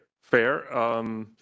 fair